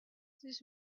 this